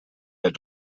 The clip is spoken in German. der